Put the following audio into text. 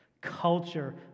Culture